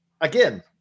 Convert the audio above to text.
again